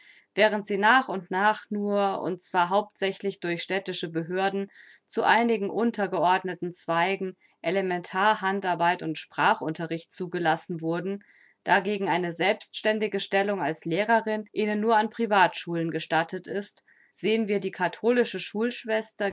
während sie nach und nach nur und zwar hauptsächlich durch städtische behörden zu einigen untergeordneten zweigen elementar handarbeit und sprachunterricht zugelassen wurden dagegen eine selbstständige stellung als lehrerin ihnen nur an privatschulen gestattet ist sehen wir die katholische